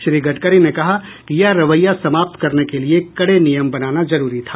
श्री गडकरी ने कहा कि यह रवैया समाप्त करने के लिए कड़े नियम बनाना जरूरी था